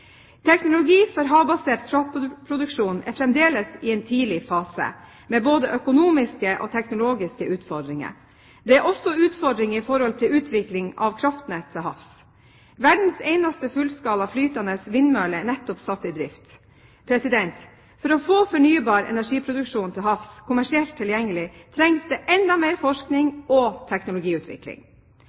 Teknologi for havbasert kraftproduksjon er fremdeles i en tidlig fase, med både økonomiske og teknologiske utfordringer. Det er også utfordringer når det gjelder utvikling av kraftnett til havs. Verdens eneste fullskala flytende vindmølle er nettopp satt i drift. For å få fornybar energiproduksjon til havs kommersielt tilgjengelig trengs enda mer forskning og teknologiutvikling.